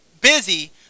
busy